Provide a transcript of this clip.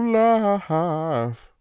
life